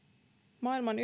maailman